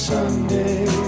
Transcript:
Sunday